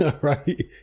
right